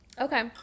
Okay